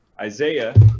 Isaiah